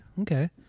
okay